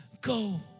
go